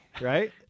Right